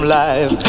life